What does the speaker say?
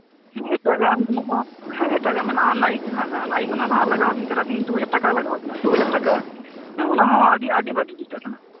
ᱦᱮᱸ ᱮᱴᱟᱜ ᱜᱟᱜ ᱦᱚᱸ ᱢᱮᱱᱟᱜᱼᱟ ᱦᱮᱸ ᱮᱴᱟᱜᱟᱜ ᱢᱮᱱᱟᱜᱼᱟ ᱱᱟᱭᱤᱠ ᱨᱮᱱᱟᱜ ᱢᱮᱱᱟᱜᱼᱟ ᱱᱟᱭᱤᱠ ᱚᱱᱟ ᱨᱮᱱᱟᱜ ᱞᱟᱜᱟᱣᱟᱵᱤᱱ ᱠᱟᱱᱟ ᱫᱩ ᱦᱟᱡᱟᱨ ᱴᱟᱠᱟ ᱞᱟᱜᱟᱣ ᱟᱹᱵᱤᱱᱟ ᱫᱩ ᱦᱟᱡᱟᱨ ᱴᱟᱠᱟ ᱦᱮᱸ ᱚᱱᱟᱦᱚᱸ ᱟᱹᱰᱤ ᱵᱷᱟᱹᱜᱤ ᱡᱩᱛᱟᱹ ᱠᱟᱱᱟ